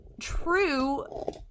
true